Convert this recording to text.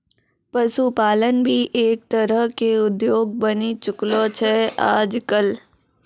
पशुपालन भी एक तरह के उद्योग बनी चुकलो छै आजकल